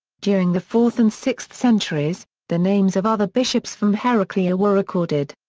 during the fourth and sixth centuries, the names of other bishops from heraclea ah were recorded.